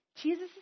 Jesus